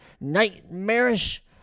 nightmarish